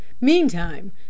Meantime